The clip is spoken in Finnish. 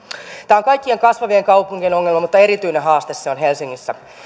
tämä on kaikkien kasvavien kaupunkien ongelma mutta erityinen haaste se on helsingissä